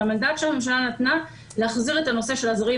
והמנדט שהממשלה נתנה להחזיר את הנושא של הזרים